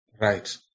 Right